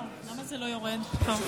אלו,